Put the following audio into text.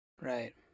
Right